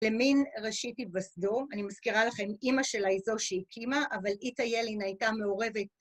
למן ראשית היווסדו, אני מזכירה לכם, אמא שלה היא זו שהקימה אבל איתה ילין הייתה מעורבת